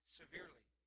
severely